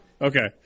Okay